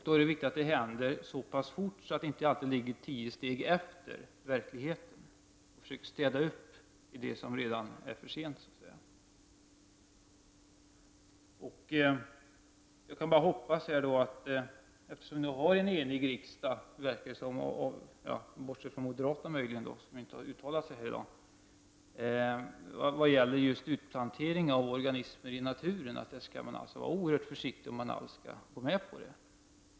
Det är viktigt att det händer så pass fort att agerandet inte kommer tio steg efter verkligheten då man måste försöka städa upp fastän det är för sent. Jag kan bara hoppas att vi, eftersom vi har en enig riksdag — möjligen bortsett från moderaterna som inte har uttalat sig här i dag —, vad gäller utplantering av organismer i naturen är oerhört försiktiga om vi alls skall gå med på det.